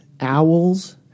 owls